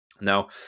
Now